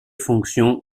fonction